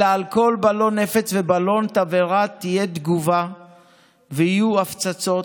אלא על כל בלון נפץ ובלון תבערה תהיה תגובה ויהיו הפצצות,